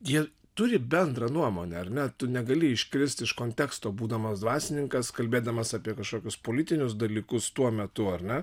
ji turi bendrą nuomonę ar ne tu negali iškristi iš konteksto būdamas dvasininkas kalbėdamas apie kažkokius politinius dalykus tuo metu ar ne